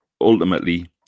ultimately